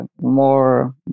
more